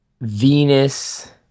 Venus